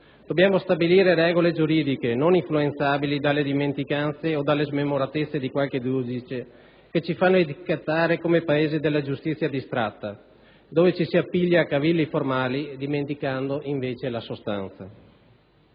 Dobbiamo stabilire regole giuridiche non influenzabili dalle dimenticanze o dalle smemoratezze di qualche giudice, che ci fanno etichettare come il Paese della giustizia distratta, dove ci si appiglia a cavilli formali dimenticando invece la sostanza.